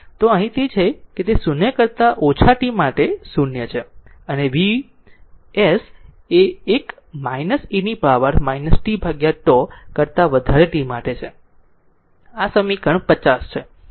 તો અહીં તે છે કે તે 0 કરતા ઓછા t માટે 0 છે અને Vs 1 e પાવર tτ કરતા વધારે t માટે આ સમીકરણ 50 છે